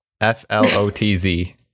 F-L-O-T-Z